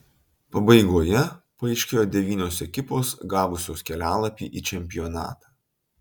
pabaigoje paaiškėjo devynios ekipos gavusios kelialapį į čempionatą